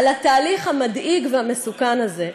על התהליך המדאיג והמסוכן הזה,